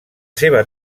seva